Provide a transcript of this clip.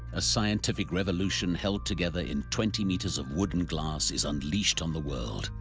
a scientific revolution held together in twenty meters of wood and glass is unleashed on the world,